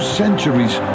centuries